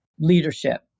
Leadership